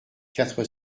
quatre